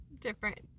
different